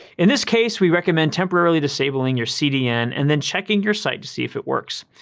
in this case, we recommend temporarily disabling your cdn and then checking your site to see if it works.